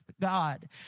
God